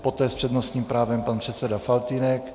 Poté s přednostním právem pan předseda Faltýnek.